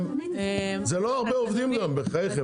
גם לא הרבה עובדים, בחייכם.